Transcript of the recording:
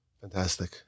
Fantastic